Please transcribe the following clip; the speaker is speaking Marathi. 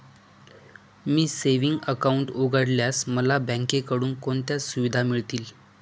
मी सेविंग्स अकाउंट उघडल्यास मला बँकेकडून कोणत्या सुविधा मिळतील?